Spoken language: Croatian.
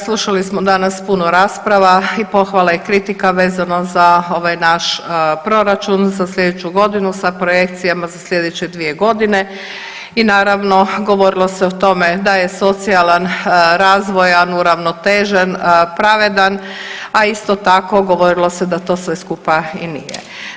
Slušali smo danas puno rasprava i pohvala i kritika vezano za ovaj naš proračun za slijedeću godinu sa projekcijama za slijedeće dvije godine i naravno govorilo se o tome da je socijalan razvoj uravnotežen, pravedan, a isto tako govorilo se da to sve skupa i nije.